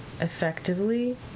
effectively